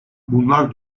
bunlar